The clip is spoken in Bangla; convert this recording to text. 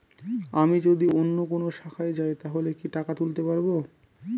আমি যদি অন্য কোনো শাখায় যাই তাহলে কি টাকা তুলতে পারব?